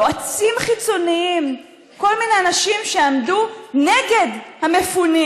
יועצים חיצוניים, כל מיני אנשים שעמדו נגד המפונים